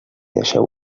deixeu